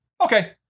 okay